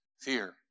Fear